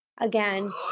again